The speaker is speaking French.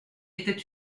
était